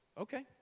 Okay